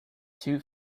two